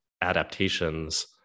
adaptations